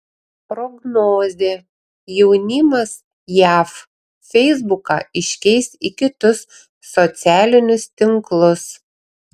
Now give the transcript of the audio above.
prognozė jaunimas jav feisbuką iškeis į kitus socialinius tinklus